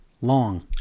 Long